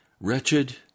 Wretched